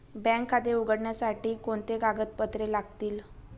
Bank खाते उघडण्यासाठी कोणती कागदपत्रे लागतील?